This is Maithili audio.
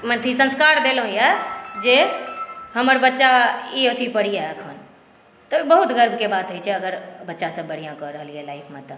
संस्कार देलहुॅं हँ जे हमर बच्चा ई अथी पर यऽ तऽ बहुत गर्वके बात होइ छै अगर बच्चासभ बढ़िआँ कऽ रहलै हँ लाइफ़मे तऽ